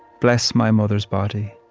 bless my mother's body,